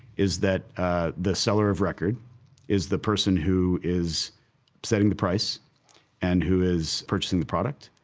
is that ah the seller of record is the person who is setting the price and who is purchasing the product,